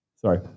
sorry